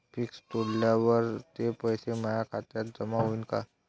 Fix तोडल्यावर ते पैसे माया खात्यात जमा होईनं का?